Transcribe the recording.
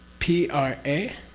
p r a